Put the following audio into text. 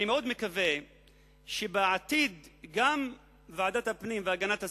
אני מאוד מקווה שבעתיד גם ועדת הפנים והגנת הסביבה,